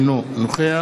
אינו נוכח